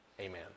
Amen